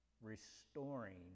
restoring